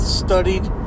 studied